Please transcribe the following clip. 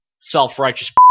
self-righteous